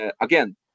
Again